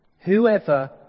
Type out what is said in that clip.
Whoever